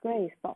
where is stop